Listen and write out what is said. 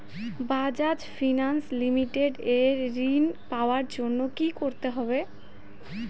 Bajaj finance limited এ ঋন পাওয়ার জন্য কি করতে হবে?